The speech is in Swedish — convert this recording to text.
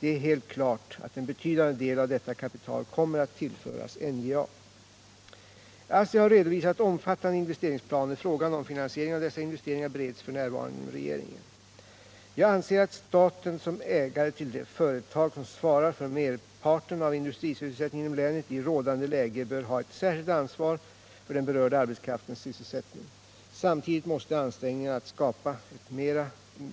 Det är helt klart att en betydande del av detta kapital kommer att tillföras NJA. ASSTI har redovisat omfattande investeringsplaner. Frågan om finansieringen av dessa investeringar bereds f. n. inom regeringen. Jag anser att staten som ägare till de företag som svarar för merparten av industrisysselsättningen inom länet i rådande läge bör ha ett särskilt ansvar för den berörda arbetskraftens sysselsättning. Samtidigt måste ansträngningarna att skapa ett mer